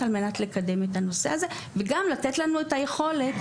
מנותק מהמערכת הפוליטית,